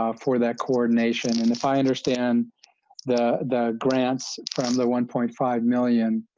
um for that coordination and the finders stand the the grants from the one point five million.